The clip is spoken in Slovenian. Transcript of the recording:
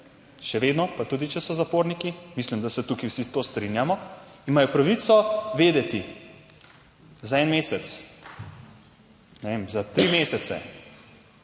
Še vedno pa tudi, če so zaporniki, mislim, da se tukaj vsi to strinjamo, imajo pravico vedeti za en mesec, ne vem za tri mesece,